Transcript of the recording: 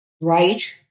right